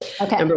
Okay